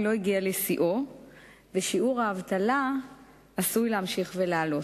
לא הגיע לשיאו ושיעור האבטלה עשוי להמשיך ולעלות.